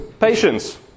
patience